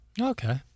okay